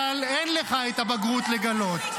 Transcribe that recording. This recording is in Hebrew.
אבל אין לך את הבגרות לגלות.